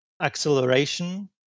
acceleration